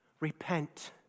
Repent